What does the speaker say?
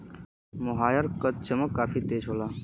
मोहायर क चमक काफी तेज होला